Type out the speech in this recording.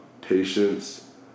patience